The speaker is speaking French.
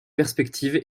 perspective